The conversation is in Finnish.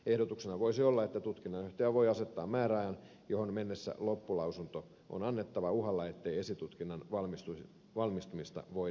ehdotuksena voisi olla että tutkinnanjohtaja voi asettaa määräajan johon mennessä loppulausunto on annettava uhalla ettei esitutkinnan valmistumista voida viivyttää